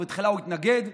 ובתחילה הוא התנגד,